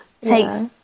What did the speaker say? takes